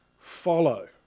follow